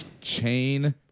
Chain